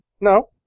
No